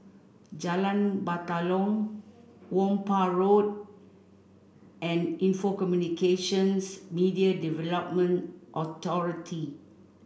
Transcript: Jalan Batalong Whampoa Road and Info Communications Media Development Authority